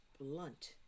blunt